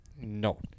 No